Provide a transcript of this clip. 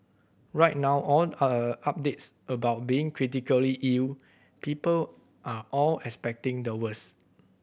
right now all updates about being critically ill people are all expecting the worse